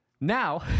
Now